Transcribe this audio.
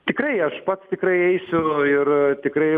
tikrai aš pats tikrai eisiu ir tikrai